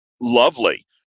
lovely